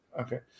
Okay